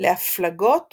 להפלגות